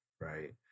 right